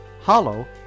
Hollow